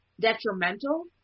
detrimental